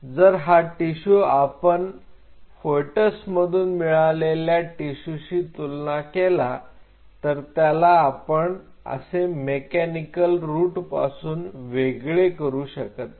जर हा टिशू आपण फिटस मधून मिळालेल्या टीशुशी तुलना केला तर त्याला आपण असे मेकॅनिकल रूट पासून वेगळे करू शकत नाही